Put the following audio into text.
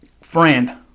Friend